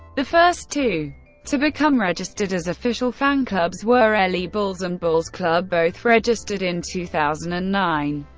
the first two to become registered as official fanclubs were l e bulls and bulls club, both registered in two thousand and nine.